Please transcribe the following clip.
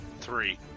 Three